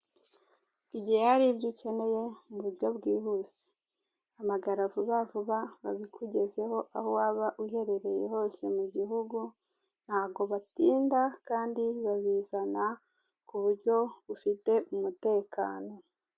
Igihe hari ibyo ukeneye mu buryo bwihuse hamagara Vubavuba babikugezeho aho waba uherereye hose mu gihugu, ntago batinda kandi babizana mu ku buryo bufite umutekano.